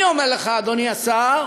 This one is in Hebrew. אני אומר לך, אדוני השר,